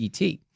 ET